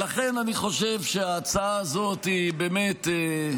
לכן, אני חושב שההצעה הזאת היא באמת,